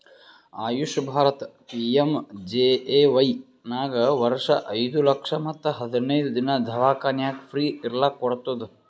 AYUSH Bharat PMJAY ನಾಗ್ ವರ್ಷ ಐಯ್ದ ಲಕ್ಷ ಮತ್ ಹದಿನೈದು ದಿನಾ ದವ್ಖಾನ್ಯಾಗ್ ಫ್ರೀ ಇರ್ಲಕ್ ಕೋಡ್ತುದ್